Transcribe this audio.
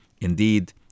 Indeed